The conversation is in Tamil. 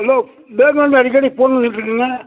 ஹலோ பேங்குலிர்ந்து அடிக்கடி ஃபோன் வந்துகிட்ருக்குங்க